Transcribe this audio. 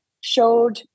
showed